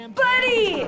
buddy